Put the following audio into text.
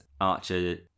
Archer